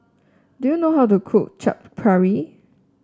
do you know how to cook Chaat Papri